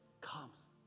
comes